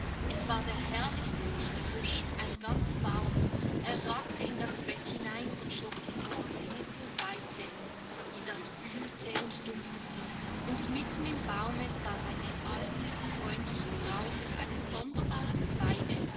es war der herrlichste fliederbusch ein ganzer baum er ragte in das bett hinein und schob die vorhänge zur seite wie das blühte und duftete und mitten im baume saß eine alte freundliche frau mit einem sonderbaren kleide